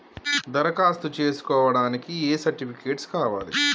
దరఖాస్తు చేస్కోవడానికి ఏ సర్టిఫికేట్స్ కావాలి?